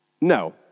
No